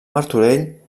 martorell